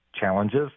challenges